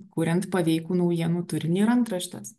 kuriant paveikų naujienų turinį ir antraštes